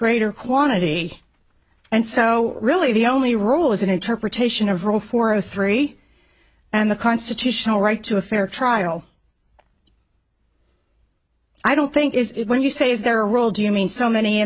greater quantity and so really the only rule is an interpretation of rule for a three and the constitutional right to a fair trial i don't think is it when you say is there a role do you mean so many